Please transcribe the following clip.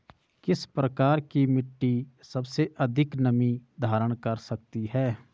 किस प्रकार की मिट्टी सबसे अधिक नमी धारण कर सकती है?